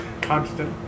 Constant